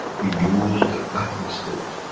we use the matter state